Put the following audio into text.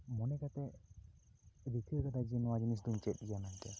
ᱢᱚᱱᱮ ᱠᱟᱛᱮ ᱨᱤᱠᱟᱹ ᱠᱟᱫᱟᱭ ᱡᱮ ᱱᱚᱣᱟ ᱡᱤᱱᱤᱥ ᱫᱚᱹᱧ ᱪᱮᱫ ᱜᱮᱭᱟ ᱢᱮᱱᱛᱮ